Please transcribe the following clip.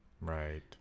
right